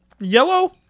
Yellow